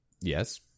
Yes